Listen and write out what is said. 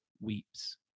weeps